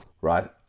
right